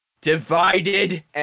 Divided